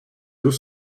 deux